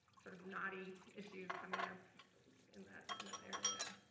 sort of knotty issues coming up in that and and that area.